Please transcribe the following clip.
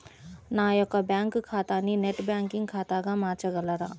నా యొక్క బ్యాంకు ఖాతాని నెట్ బ్యాంకింగ్ ఖాతాగా మార్చగలరా?